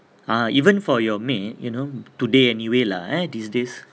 ah even for your maid you know today anyway lah eh these days